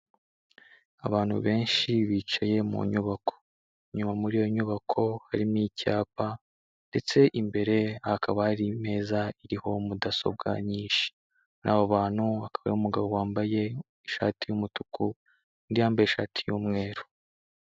Abantu benshi bicaye mu nyubako, inyuma muri iyo nyubako harimo icyapa ndetse imbere hakaba hari imeza iriho mudasobwa nyinshi, muri abo bantu hakaba hari umugabo wambaye ishati y'umutuku, undi yambaye ishati y'umweru